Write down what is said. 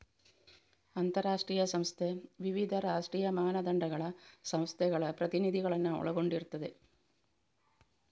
ಅಂತಾರಾಷ್ಟ್ರೀಯ ಸಂಸ್ಥೆ ವಿವಿಧ ರಾಷ್ಟ್ರೀಯ ಮಾನದಂಡಗಳ ಸಂಸ್ಥೆಗಳ ಪ್ರತಿನಿಧಿಗಳನ್ನ ಒಳಗೊಂಡಿರ್ತದೆ